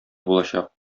булачак